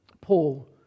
Paul